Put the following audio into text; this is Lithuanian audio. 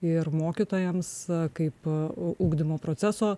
ir mokytojams kaip ugdymo proceso